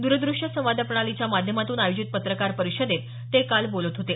दरदश्य संवाद प्रणालीच्या माध्यमातून आयोजित पत्रकार परिषदेत ते काल बोलत होते